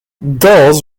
gulls